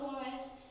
otherwise